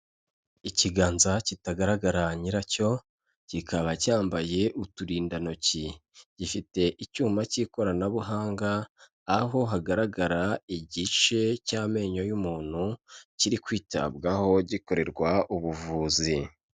Ikiganza kitagaragara nyiracyo kikaba cyambaye uturindantoki, gifite icyuma cy'ikoranabuhanga, aho hagaragara igice cy'amenyo y'umuntu, kiri kwitabwaho gikorerwa ubuvuzi.